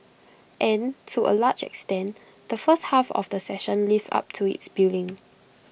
and to A large extent the first half of the session lived up to its billing